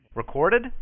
Recorded